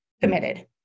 committed